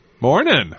Morning